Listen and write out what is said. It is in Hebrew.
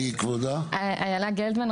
אני איילה גלדמן,